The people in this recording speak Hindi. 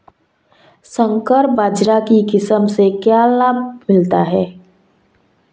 संकर बाजरा की किस्म से क्या लाभ मिलता है?